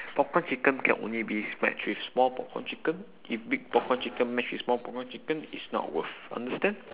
popcorn chicken can only be match with small popcorn chicken if big popcorn chicken match with small popcorn chicken it's not worth understand